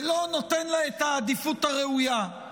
ולא נותן לה את העדיפות הראויה.